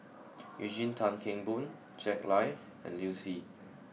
Eugene Tan Kheng Boon Jack Lai and Liu Si